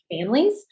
families